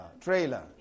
trailer